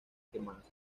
quemadas